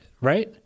Right